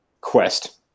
quest